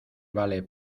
vale